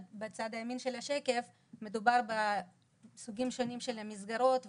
בצד ימין של השקף מדובר בסוגים שונים של מסגרות,